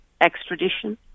extradition